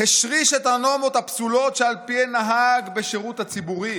"השריש את הנורמות הפסולות שעל פיהן נהג בשירות הציבור";